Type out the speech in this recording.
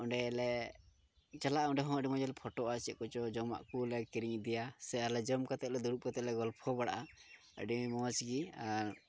ᱚᱸᱰᱮ ᱞᱮ ᱪᱟᱞᱟᱜᱼᱟ ᱚᱸᱰᱮ ᱦᱚᱸ ᱟᱹᱰᱤ ᱢᱚᱡᱽ ᱞᱮ ᱯᱷᱳᱴᱳᱜᱼᱟ ᱪᱮᱫ ᱠᱚᱠᱚ ᱡᱚᱢᱟᱜ ᱠᱚᱞᱮ ᱠᱤᱨᱤᱧ ᱤᱫᱤᱭᱟ ᱥᱮ ᱟᱞᱮ ᱡᱚᱢ ᱠᱟᱛᱮᱫ ᱞᱮ ᱫᱩᱲᱩᱵ ᱠᱟᱛᱮᱫ ᱞᱮ ᱜᱚᱞᱯᱷᱚ ᱵᱟᱲᱟᱜᱼᱟ ᱟᱹᱰᱤ ᱢᱚᱡᱽ ᱜᱮ ᱟᱨ